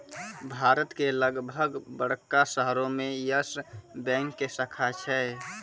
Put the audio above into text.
भारत के लगभग बड़का शहरो मे यस बैंक के शाखा छै